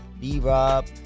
B-Rob